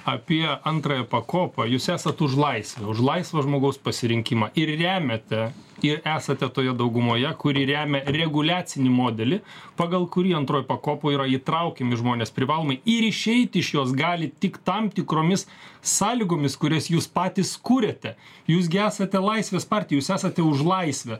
apie antrąją pakopą jūs esat už laisvę už laisvą žmogaus pasirinkimą ir remiate ir esate toje daugumoje kuri remia reguliacinį modelį pagal kurį antroj pakopoj yra įtraukiami žmonės privalomai ir išeit iš jos gali tik tam tikromis sąlygomis kurias jūs patys kuriate jūs gi esate laisvės partija jūs esate už laisvę